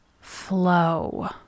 flow